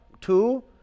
Two